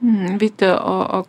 vyti o o